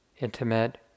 intimate